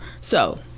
So-